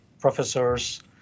professors